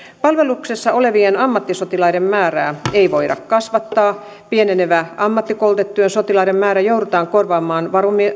palveluksessa olevien ammattisotilaiden määrää ei voida kasvattaa pienenevä ammattikoulutettujen sotilaiden määrä joudutaan korvaamaan